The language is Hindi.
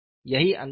यही अंतर है